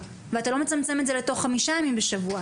ואתה לא מצמצם את זה לתוך חמישה ימים בשבוע.